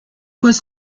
was